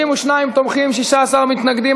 32 תומכים, 16 מתנגדים.